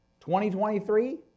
2023